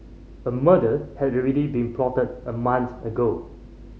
a murder had already been plotted a month ago